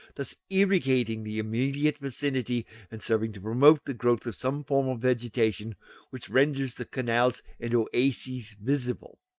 thus irrigating the immediate vicinity and serving to promote the growth of some form of vegetation which renders the canals and oases visible.